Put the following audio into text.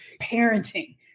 parenting